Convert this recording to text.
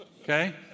Okay